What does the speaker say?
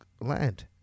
land